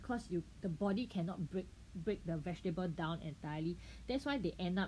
cause you the body cannot break break the vegetable down entirely that's why they end up